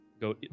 go